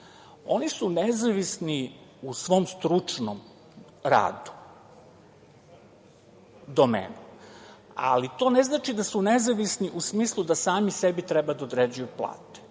oni su nezavisne u svom stručnom radu, domenu, ali to ne znači da su nezavisne u smislu da same sebi treba da određuju plate.